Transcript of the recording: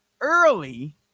early